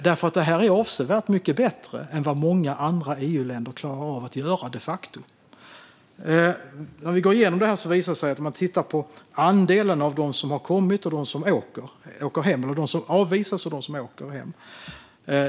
Detta är de facto avsevärt mycket bättre än vad många andra EU-länder klarar av att göra. När vi har gått igenom detta har vi tittat på andelen av dem som avvisas och dem som åker hem.